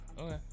Okay